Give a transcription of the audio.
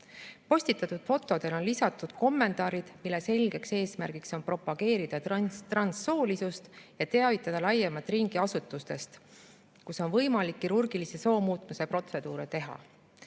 Postitatud fotodele on lisatud kommentaarid, mille selge eesmärk on propageerida transsoolisust ja teavitada laiemat ringi asutustest, kus on võimalik kirurgilise soomuutmise protseduure teha.